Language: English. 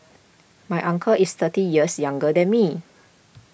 my uncle is thirty years younger than me